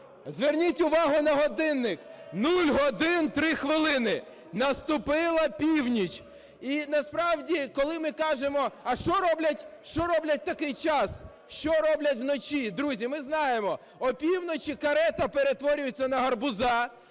Зверніть увагу на годинник: 0 годин 3 хвилини, наступила північ. І насправді, коли ми кажемо, а що роблять в такий час, що роблять вночі? Друзі, ми знаємо, опівночі карета перетворюється на гарбуза,